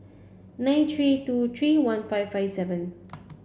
nine three two three one five five seven